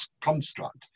construct